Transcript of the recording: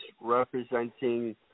representing